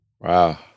Wow